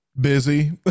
Busy